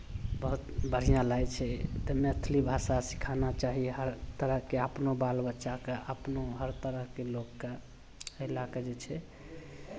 बहुत बढ़िआँ लागै छै तऽ मैथिली भाषा सिखाना चाहिये हरतरहके अपनो बाल बच्चाकेँ अपनो हर तरहके लोककेँ एहि लए कऽ जे छै